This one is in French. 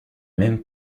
même